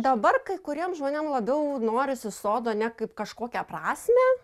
dabar kai kuriem žmonėm labiau norisi sodo ne kaip kažkokią prasmę